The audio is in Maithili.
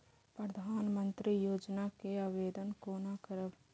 प्रधानमंत्री योजना के आवेदन कोना करब?